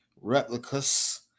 replicas